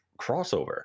crossover